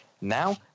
Now